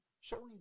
showing